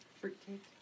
Fruitcake